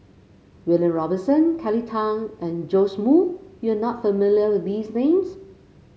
William Robinson Kelly Tang and Joash Moo you are not familiar with these names